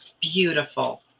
beautiful